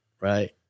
right